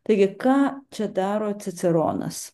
taigi ką čia daro ciceronas